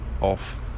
off